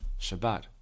Shabbat